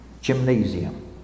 Gymnasium